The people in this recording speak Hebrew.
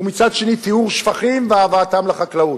ומצד שני טיהור שפכים והבאתם לחקלאות.